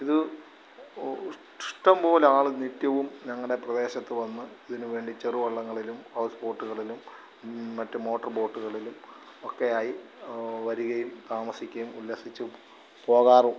ഇത് ഒ ഇഷ്ടമ്പോലാള് നിത്യവും ഞങ്ങടെ പ്രദേശത്ത് വന്ന് ഇതിന് വേണ്ടി ചെറുവള്ളങ്ങളിലും ഹൗസ് ബോട്ട്കളിലും മറ്റ് മോട്ടർ ബോട്ട്കളിലും ഒക്കെയായി വരികെയും താമസിയ്ക്കേം ഉല്ലസിച്ച് പോകാറും